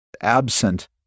absent